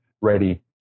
ready